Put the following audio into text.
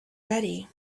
ready